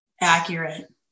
accurate